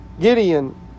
Gideon